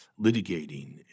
litigating